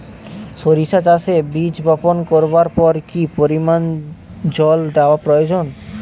সরিষা চাষে বীজ বপন করবার পর কি পরিমাণ জল দেওয়া প্রয়োজন?